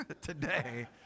today